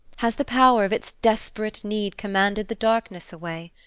has the power of its desperate need commanded the darkness away?